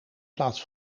plaats